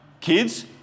Kids